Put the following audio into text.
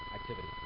activity